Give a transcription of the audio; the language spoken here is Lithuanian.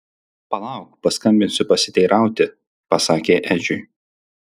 palauk paskambinsiu pasiteirauti pasakė edžiui